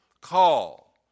call